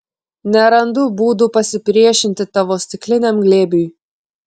nerandu būdų pasipriešinti tavo stikliniam glėbiui